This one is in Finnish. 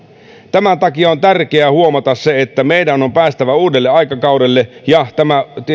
tämän takia on tärkeä huomata se että meidän on päästävä uudelle aikakaudelle ja tämä